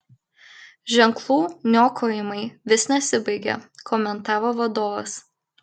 ženklų niokojimai vis nesibaigia komentavo vadovas